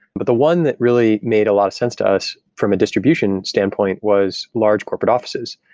but the one that really made a lot of sense to us from a distribution standpoint was large corporate offices.